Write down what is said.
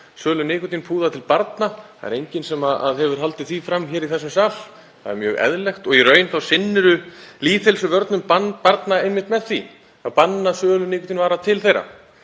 sölu nikótínpúða til barna. Það er enginn sem hefur haldið því fram í þessum sal. Það er mjög eðlilegt og í raun sinnum við lýðheilsuvörnum barna einmitt með því að banna sölu nikótínvara til þeirra.